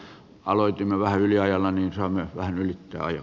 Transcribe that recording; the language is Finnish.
kun aloitimme vähän yliajalla niin saamme vähän ylittää ajan